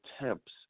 attempts